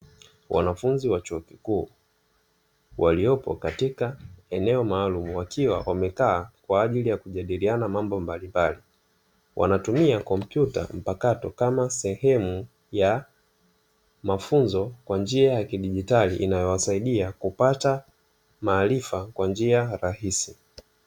Wanafunzi wa chuo kikuu, waliopo katika eneo maalumu wakiwa wamekaa kwaajili ya kujadiliana mambo mbalimbali, wanatumia komputa mpakato kama sehemu ya mafunzo kwa njia ya kidigitali inayowasaidia ,kupata maarifa kwa njia rahisi.